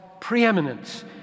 preeminence